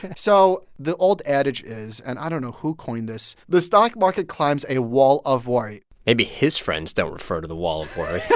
so the old adage is and i don't know who coined this the stock market climbs a wall of worry maybe his friends don't refer to the wall of worry